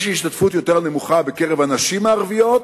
יש השתתפות נמוכה יותר בקרב הנשים הערביות,